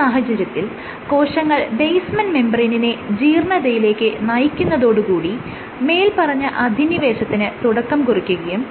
ഈ സാഹചര്യത്തിൽ കോശങ്ങൾ ബേസ്മെൻറ് മെംബ്രേയ്നിനെ ജീർണ്ണതയിലേക്ക് നയിക്കുന്നതോടുകൂടി മേല്പറഞ്ഞ അധിനിവേശത്തിന് തുടക്കം കുറിക്കുകയും